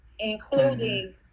including